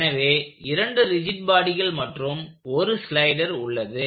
எனவே 2 ரிஜிட் பாடிகள் மற்றும் ஒரு ஸ்லைடர் உள்ளது